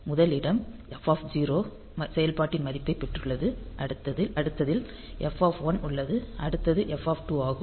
முதல் இடம் f செயல்பாட்டின் மதிப்பைப் பெற்றுள்ளது அடுத்தில் f உள்ளது அடுத்தது f ஆகும்